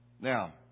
Now